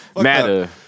matter